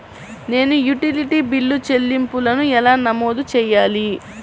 నేను utility bill చెల్లింపులను ఎలా నమోదు చేయాలి?